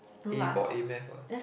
A for a-math what